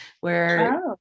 where-